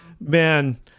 man